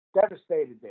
devastated